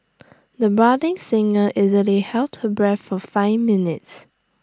the budding singer easily held her breath for five minutes